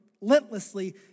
relentlessly